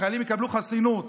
החיילים יקבלו חסינות.